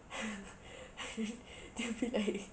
they'll be like